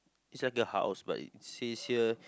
it's like a house but it says here